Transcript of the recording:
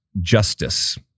justice